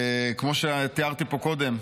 כמו שתיארתי פה קודם,